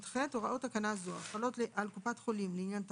(יח) הוראות תקנה זו החלות על קופת חולים לעניין תכשיר,